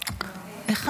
טוב.